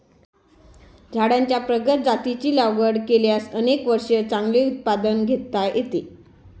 झाडांच्या प्रगत जातींची लागवड केल्यास अनेक वर्षे चांगले उत्पादन घेता येते